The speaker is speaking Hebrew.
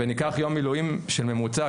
ניקח יום מילואים שהממוצע,